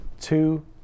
two